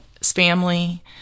family